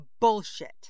bullshit